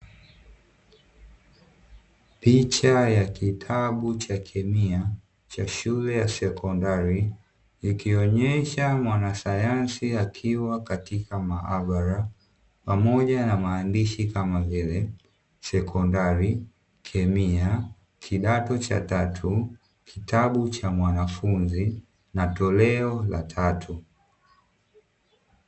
Picha ya kitabu cha kemia cha shule ya sekondari, ikionyesha mwanasayansi akiwa katika maabara pamoja na maandishi kama vile sekondari, kemia, kidato cha tatu, kitabu cha mwanafunzi na toleo la tatu.